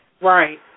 Right